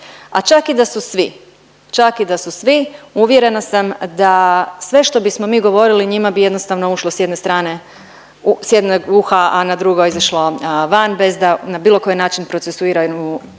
a čak i da su svi, čak i da su svi uvjerena sam da sve što bismo mi govorili njima bi jednostavno ušlo s jedne strane, s jednog uha, a na drugo izašlo van bez da na bilo koji način procesuiraju ono